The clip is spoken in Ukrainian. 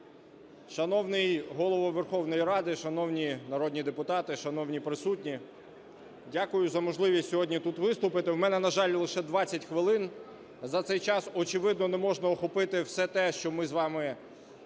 Шановний Голово Верховної Ради, шановні народні депутати, шановні присутні! Дякую за можливість сьогодні тут виступити. У мене, на жаль, лише 20 хвилин, за цей час, очевидно, не можна охопити все те, що ми з вами змогли